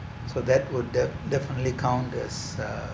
so that would de~ definitely count as a